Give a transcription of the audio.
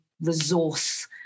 resource